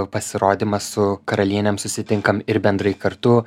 pasirodymą su karalienėm susitinkam ir bendrai kartu